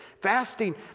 fasting